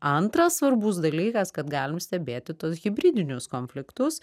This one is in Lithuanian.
antras svarbus dalykas kad galim stebėti tuos hibridinius konfliktus